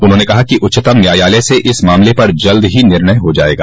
उन्होंने कहा कि उच्चतम न्यायालय से इस मामले पर जल्द ही निर्णय हो जायेगा